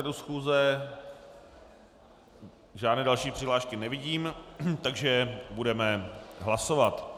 K pořadu schůze žádné další přihlášky nevidím, takže budeme hlasovat.